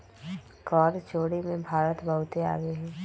कर चोरी में भारत बहुत आगे हई